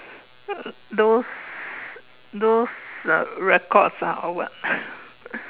those those uh records ah or what